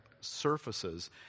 surfaces